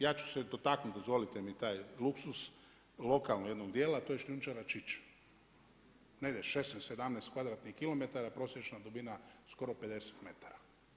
Ja ću se dotaknuti dozvolite mi taj luksuz lokalnog jednog dijela, a to je šljunčara Čiče, negdje 16, 17 kvadratnih kilometara, prosječna dubina skoro 50 metara.